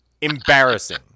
embarrassing